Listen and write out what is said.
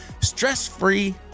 stress-free